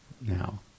now